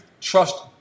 trust